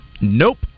nope